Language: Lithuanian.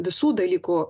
visų dalykų